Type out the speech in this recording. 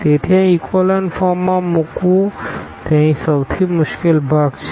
તેથી આ ઇકોલન ફોર્મમાં મૂકવું તે અહીં સૌથી મુશ્કેલ ભાગ છે